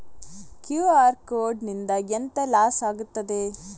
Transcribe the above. QR code ನಿಂದ ಎಂತ loss ಆಗ್ತದೆ?